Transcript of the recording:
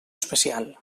especial